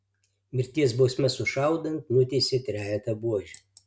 mirties bausme sušaudant nuteisė trejetą buožių